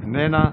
איננה,